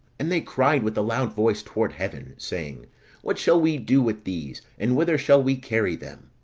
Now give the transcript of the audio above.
and they cried with a loud voice toward heaven, saying what shall we do with these, and whither shall we carry them?